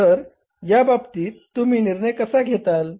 तर या बाबतीत तुम्ही निर्णय कसा घेताल